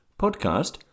podcast